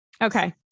Okay